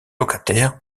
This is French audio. locataire